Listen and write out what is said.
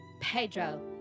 Pedro